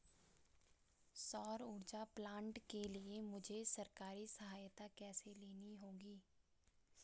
सौर ऊर्जा प्लांट के लिए मुझे सरकारी सहायता कैसे लेनी होगी?